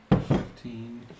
fifteen